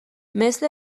مثل